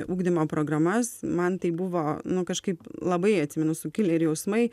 ugdymo programas man tai buvo nu kažkaip labai atsimenu sukilę ir jausmai